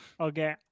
Okay